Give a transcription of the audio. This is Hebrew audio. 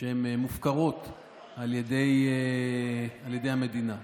שהן מופקרות על ידי המדינה,